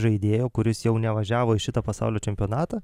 žaidėjo kuris jau nevažiavo į šitą pasaulio čempionatą